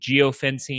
geofencing